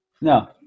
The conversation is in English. no